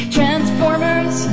Transformers